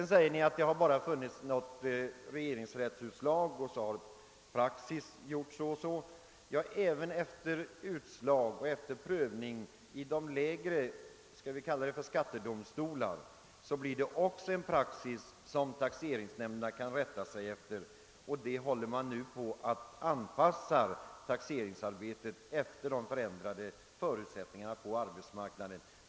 Ni säger att det funnits något regeringsrättsutslag i dessa frågor och att praxis sedan blivit den och den. Ja, även efter prövning och beslut i de lägre instanserna — skall vi kalla dem lägre skattedomstolar — uppstår det en praxis som taxeringsnämnderna kan rätta sig efter, och man håller nu på att anpassa taxeringsarbetet efter de förändrade förutsättningarna på arbetsmarknaden.